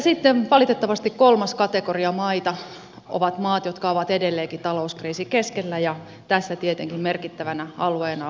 sitten valitettavasti kolmas kategoria maita ovat maat jotka ovat edelleenkin talouskriisin keskellä ja tässä tietenkin merkittävänä alueena on euroalue